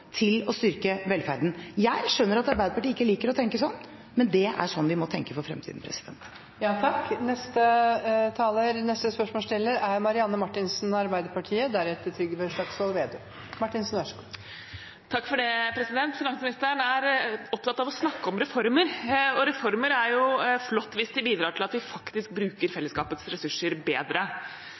til å styrke velferden. Jeg skjønner at Arbeiderpartiet ikke liker å tenke sånn, men det er sånn vi må tenke for fremtiden. Det blir gitt anledning til oppfølgingsspørsmål – først Marianne Marthinsen. Finansministeren er opptatt av å snakke om reformer. Reformer er flotte hvis de bidrar til at vi faktisk bruker fellesskapets ressurser bedre.